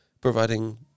providing